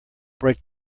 break